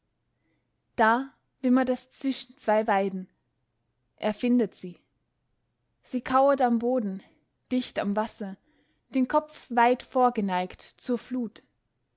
da wimmert es zwischen zwei weiden er findet sie sie kauert am boden dicht am wasser den kopf weit vorgeneigt zur flut